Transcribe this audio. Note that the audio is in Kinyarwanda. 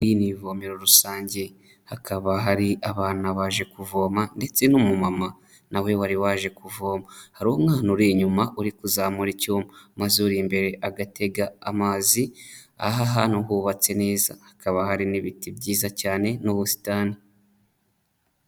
Iri ni ivomero rusange, hakaba hari abana baje kuvoma ndetse n'umumama nawe wari waje kuvoma, hari umwana uri inyuma uri kuzamura icyuma maze uri imbere agatega amazi, aha hantu hubatse neza, hakaba hari n'ibiti byiza cyane n'ubusitani.